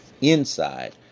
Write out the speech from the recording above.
inside